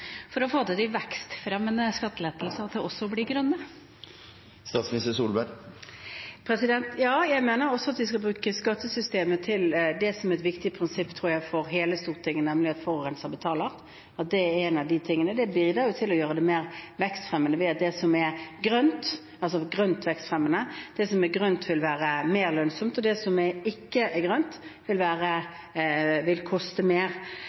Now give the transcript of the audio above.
for å få de vekstfremmende skattelettelsene til også å bli grønne? Ja, jeg mener også at vi skal bruke skattesystemet til det som er et viktig prinsipp for hele Stortinget, tror jeg, nemlig at forurenser betaler. Det er en av de tingene. Det bidrar til å gjøre det mer vekstfremmende det som er grønt, altså grønt vekstfremmende. Det som er grønt, vil være mer lønnsomt, og det som ikke er grønt, vil koste mer. Når Grønn skattekommisjon kommer og er ferdige, vil